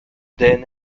then